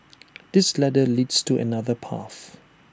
this ladder leads to another path